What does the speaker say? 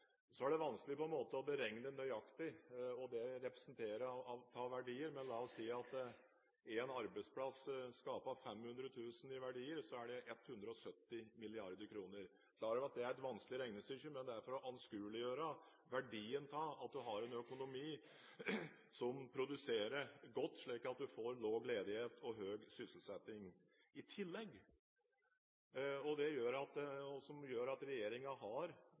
er vanskelig å beregne nøyaktig hva det representerer av verdier, men la oss si at hvis én arbeidsplass skaper 500 000 kr i verdier, så blir det 170 mrd. kr. Jeg er klar over at det er et vanskelig regnestykke, men det er for å anskueliggjøre verdien av at man har en økonomi som produserer godt, slik at vi får lav ledighet og høy sysselsetting. I tillegg – og dette gjør at